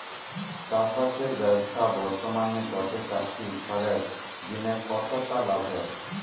চাষবাসের ব্যাবসা বর্তমানে গটে চাষি ঘরের জিনে কতটা লাভের?